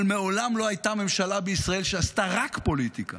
אבל מעולם לא הייתה ממשלה בישראל שעשתה רק פוליטיקה